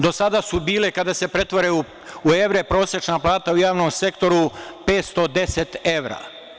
Do sada su bile, kada se pretvore u evre, prosečna plata u javnom sektoru 510 evra.